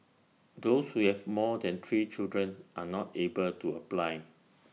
those we have more than three children are not able to apply